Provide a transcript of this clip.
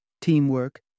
teamwork